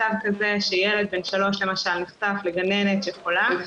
מצב שבו ילד בן 3 נחשף לגננת שחולה,